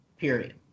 Period